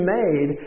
made